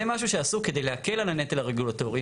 זה משהו שעשו כדי להקל על הנטל הרגולטורי.